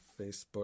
Facebook